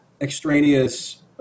extraneous